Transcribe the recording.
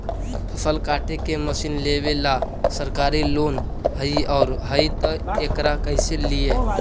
फसल काटे के मशीन लेबेला सरकारी लोन हई और हई त एकरा कैसे लियै?